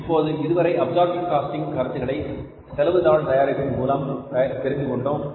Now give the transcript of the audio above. இப்போது இதுவரை absorption costing கருத்துக்களை செலவு தாள் தயாரிப்பதன் மூலம் தெரிந்து கொண்டோம்